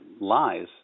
lies